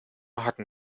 hatten